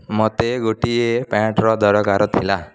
ମୋତେ ଗୋଟିଏ ପ୍ୟାଣ୍ଟର ଦରକାର ଥିଲା